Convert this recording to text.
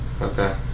Okay